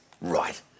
right